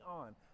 on